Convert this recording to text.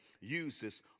uses